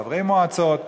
חברי מועצות ושתדלנות.